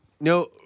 no